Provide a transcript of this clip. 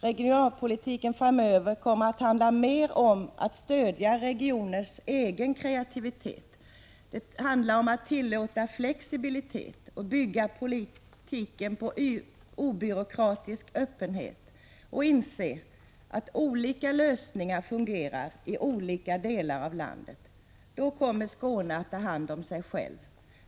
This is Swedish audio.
Regionalpolitiken framöver kommer att handla mera om att stödja regionernas egen kreativitet, att tillåta flexibilitet, att bygga politiken på obyråkratisk öppenhet och att inse att olika lösningar fungerar i olika delar av landet. Då kommer Skåne att ta hand om sig självt.